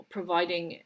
providing